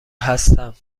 هستم